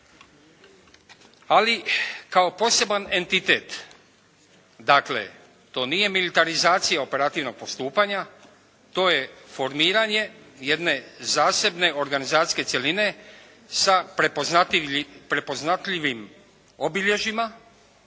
ali kao poseban entitet. Dakle to nije militarizacija operativnog postupanja. To je formiranje jedne zasebne organizacije cjeline sa prepoznatljivim obilježjima